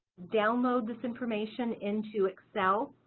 download this information into excel.